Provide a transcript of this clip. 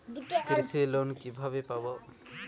কৃষি লোন কিভাবে পাব?